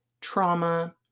trauma